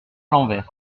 l’envers